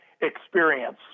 experience